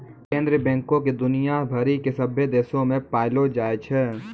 केन्द्रीय बैंको के दुनिया भरि के सभ्भे देशो मे पायलो जाय छै